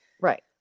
right